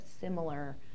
similar